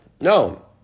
No